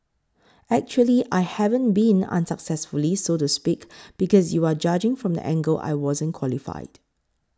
actually I haven't been unsuccessfully so to speak because you are judging from the angle I wasn't qualified